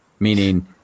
meaning